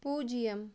பூஜ்ஜியம்